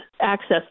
access